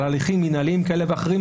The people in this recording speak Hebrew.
על הליכים מינהליים כאלה ואחרים,